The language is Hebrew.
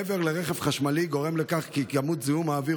מעבר לרכב חשמלי גורם לכך כי כמות זיהום האוויר